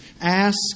Ask